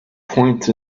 point